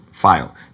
file